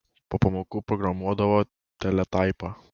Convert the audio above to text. po pamokų programuodavo teletaipą